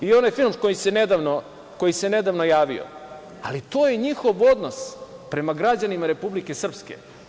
I onaj film koji se nedavno javio, ali to je njihov odnos prema građanima Republike Srpske.